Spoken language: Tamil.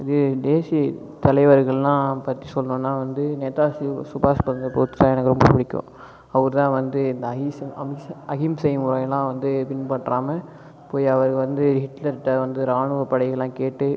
இது தேசிய தலைவர்கள்லாம் பற்றி சொல்லணுனா வந்து நேதாஜி சுபாஷ் சந்திர போஸ்னால் எனக்கு ரொம்ப பிடிக்கும் அவர் தான் வந்து இந்த அஹிம்சை முறையல்லாம் வந்து பின்பற்றாமல் போய் அவர் வந்து ஹிட்லர்ட்ட வந்து ராணுவ படையெல்லாம் கேட்டு